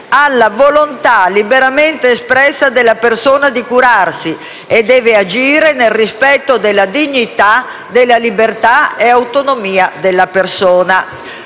alla volontà liberamente espressa della persona di curarsi e deve agire nel rispetto della dignità, della libertà e autonomia della stessa».